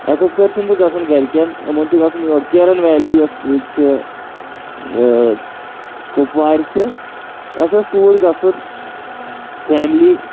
excursion چھُ گژھُن گَرِکٮ۪ن یِمَن چھُ گژھُن یور کیرَن ویلی یۄس ییٚتہِ چھِ کُپوارِ چھِ اَسہِ اوس توٗرۍ گژھُن فیملی